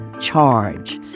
charge